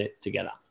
together